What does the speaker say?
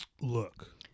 Look